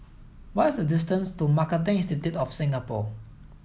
what is the distance to Marketing Institute of Singapore